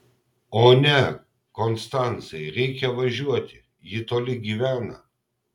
o ne konstancai reikia važiuoti ji toli gyvena